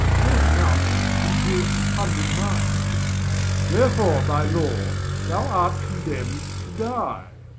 cannot amount unto a hundred marks therefore by law thou art condemn'd to die.